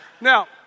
Now